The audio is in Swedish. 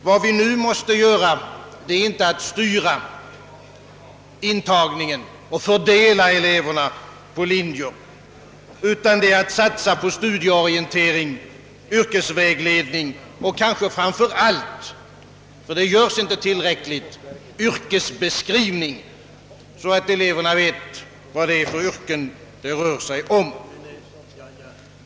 Vad vi nu måste göra är inte att styra intagningen och fördela eleverna på linjer utan att satsa på studieorientering, yrkesvägledning och kanske framför allt — ty det görs inte tillräckligt — på yrkesbeskrivning, så att eleverna får veta vilka yrken det rör sig om.